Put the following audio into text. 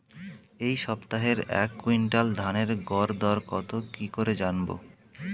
এই সপ্তাহের এক কুইন্টাল ধানের গর দর কত কি করে জানবো?